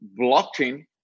blockchain